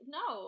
no